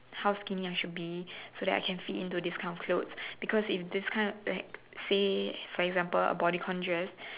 how skinny I should be so that I can fit into these kind of clothes because if this kind of like say for example a bodycon dress